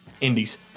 Indies